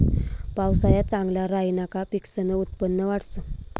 पावसाया चांगला राहिना का पिकसनं उत्पन्न वाढंस